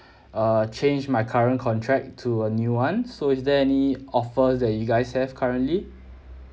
err change my current contract to a new one so is there any offers that you guys have currently